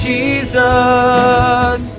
Jesus